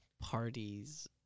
parties